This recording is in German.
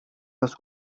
das